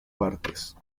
partes